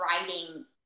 writing